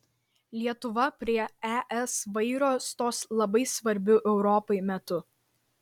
lietuva prie es vairo stos labai svarbiu europai metu